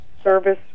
Service